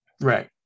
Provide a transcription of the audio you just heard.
Right